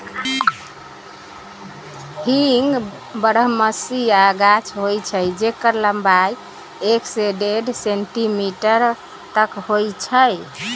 हींग बरहमसिया गाछ होइ छइ जेकर लम्बाई एक से डेढ़ सेंटीमीटर तक होइ छइ